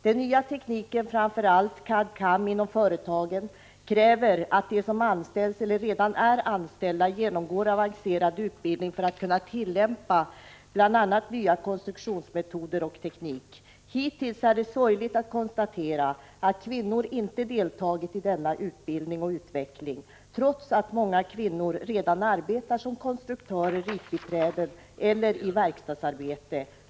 Den nya tekniken inom företagen, framför allt CAD/CAM, kräver att de som anställs eller redan är anställda genomgår avancerad utbildning för att kunna tillämpa bl.a. nya konstruktionsmetoder och ny teknik. Det är sorgligt att konstatera att kvinnorna hittills inte har deltagit i denna utveckling och utbildning trots att många kvinnor redan arbetar som konstruktörer, ritbiträden eller i verkstadsarbete.